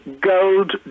gold